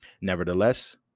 Nevertheless